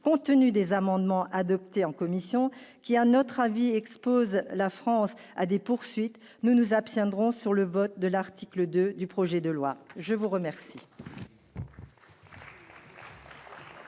compte tenu des amendements adoptés en commission qui à notre avis, expose la France à des poursuites, nous nous abstiendrons sur le vote de l'article 2 du projet de loi, je vous remercie.